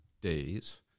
days